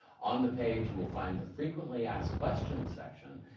on the page, you will find the frequently asked questions section,